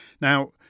Now